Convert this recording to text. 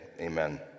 Amen